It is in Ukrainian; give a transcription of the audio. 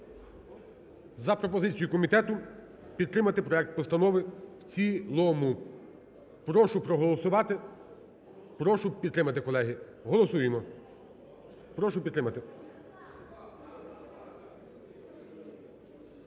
За пропозицією комітету підтримати проект Постанови в цілому. Прошу проголосувати, прошу підтримати, колеги. Голосуємо. Прошу підтримати.